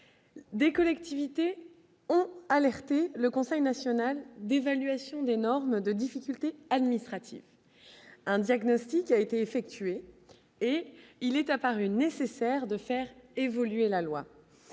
des collectivités ont alerté le Conseil national d'évaluation des normes de difficultés administratives, un diagnostic qui a été effectuée et il est apparu nécessaire de faire évoluer la loi